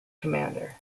commander